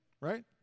right